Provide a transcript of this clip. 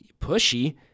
pushy